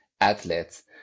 athletes